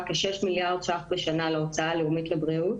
כ-6 מיליארד ש"ח בשנה להוצאה הלאומית לבריאות.